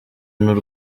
n’u